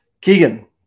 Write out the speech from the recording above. Keegan